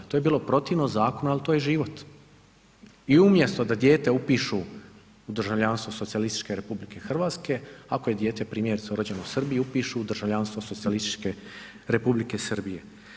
To je bilo protivno zakonu, al to je život i umjesto da dijete upišu u državljanstvo socijalističke RH, ako je dijete primjerice rođeno u Srbiji, upišu u državljanstvo socijalističke Republike Srbije.